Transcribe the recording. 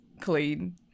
Clean